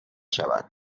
شود